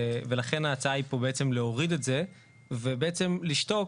ולכן ההצעה היא פה בעצם להוריד את זה ובעצם לשתוק,